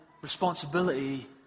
responsibility